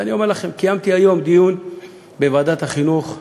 ואני אומר לכם, קיימתי היום דיון בוועדת החינוך,